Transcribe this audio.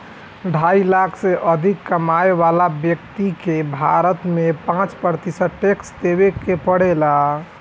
ढाई लाख से अधिक कमाए वाला व्यक्ति के भारत में पाँच प्रतिशत टैक्स देवे के पड़ेला